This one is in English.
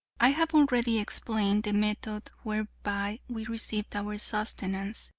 i have already explained the method whereby we received our sustenance,